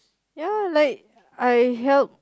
ya like I help